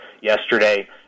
yesterday